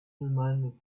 reminded